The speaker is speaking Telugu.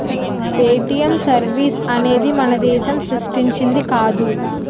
పేటీఎం సర్వీస్ అనేది మన దేశం సృష్టించింది కాదు